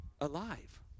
Alive